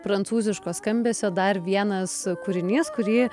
prancūziško skambesio dar vienas kūrinys kurį